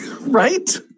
Right